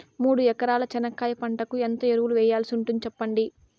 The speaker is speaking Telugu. మూడు ఎకరాల చెనక్కాయ పంటకు ఎంత ఎరువులు వేయాల్సి ఉంటుంది సెప్పండి?